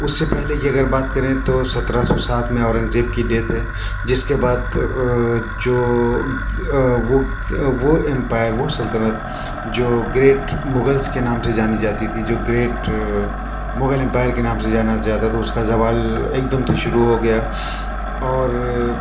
اُس سے پہلے یہ اگر بات کریں تو سترہ سو سات میں اورنگ زیب کی ڈیتھ ہے جس کے بات جو وہ امپائر وہ سلطنت جو گریٹ مغلس کے نام سے جانی جاتی تھی جو گریٹ مغل امپائر کے نام سے جانا جاتا تو اس کا زوال ایک دم سے شروع ہو گیا اور